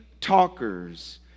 talkers